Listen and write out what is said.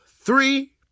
three